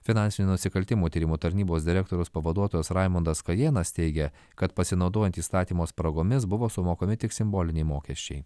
finansinių nusikaltimų tyrimų tarnybos direktoriaus pavaduotojas raimondas kajėnas teigia kad pasinaudojant įstatymo spragomis buvo sumokami tik simboliniai mokesčiai